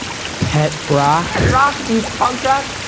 pet rock rock beats punk rock?